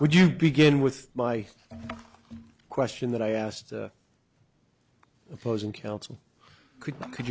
would you begin with my question that i asked opposing counsel could could